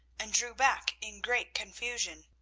and drew back in great confusion.